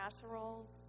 casseroles